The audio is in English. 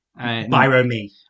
Birome